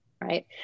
right